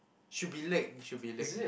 should be leg should be leg